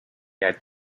had